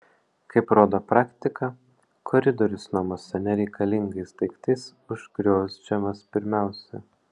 kaip rodo praktika koridorius namuose nereikalingais daiktais užgriozdžiamas pirmiausia